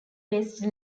based